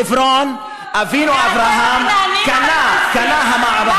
את חברון אבינו אברהם קנה, אתם כנענים או יבוסים?